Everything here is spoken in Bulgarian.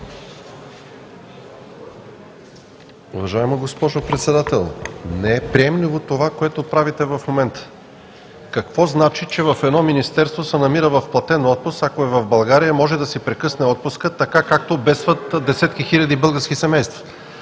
Уважаема госпожо Председател, не е приемливо това, което правите в момента. Какво значи, че се намира в платен отпуск?! Ако е в България, може да си прекъсне отпуската така, както бедстват десетки хиляди български семейства.